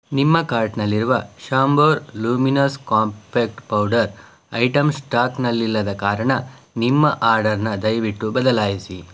ನಿಮ್ಮ ಕಾರ್ಟ್ನಲ್ಲಿರುವ Chambor luminous compact powder item ಸ್ಟಾಕ್ನಲ್ಲಿಲ್ಲದ ಕಾರಣ ನಿಮ್ಮ ಆರ್ಡರನ್ನು ದಯವಿಟ್ಟು ಬದಲಾಯಿಸಿ